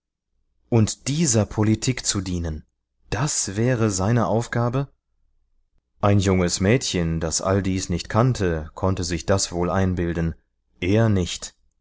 und dieser politik zu dienen das wäre seine aufgabe ein junges mädchen das all dies nicht kannte konnte sich das wohl einbilden er nicht